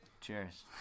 Cheers